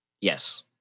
Yes